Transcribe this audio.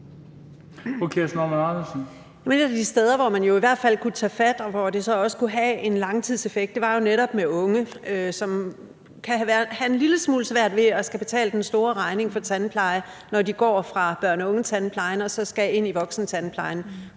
de steder, hvor man jo i hvert fald kunne tage fat, og hvor det så også kunne have en langtidseffekt, var jo netop de unge, som kan have en lille smule svært ved at skulle betale den store regning for tandpleje, når de går fra børn og unge-tandplejen og så skal ind i voksentandplejen.